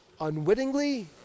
unwittingly